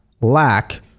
lack